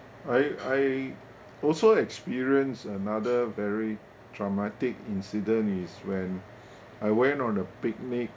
I I also experience another very traumatic incident is when I went on a picnic